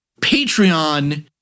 Patreon